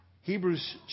Hebrews